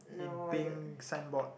in pink signboard